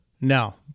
No